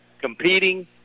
competing